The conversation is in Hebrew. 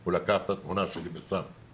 הוא לקח את התמונה שלי ושם עליו.